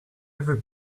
every